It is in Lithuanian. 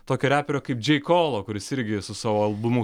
tokio reperio kaip džei kolo kuris irgi su savo albumu